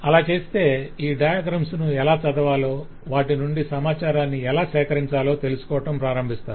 అలా చేస్తే ఈ డయాగ్రమ్స్ ను ఎలా చదవాలో వాటి నుండి సమాచారాన్ని ఎలా సేకరించాలో తెలుసుకోవడం ప్రారంభిస్తారు